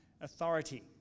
authority